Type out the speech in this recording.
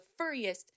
furriest